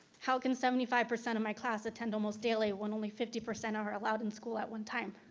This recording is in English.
how can seventy five percent of my class attend almost daily, when only fifty percent of her allowed in school at one time?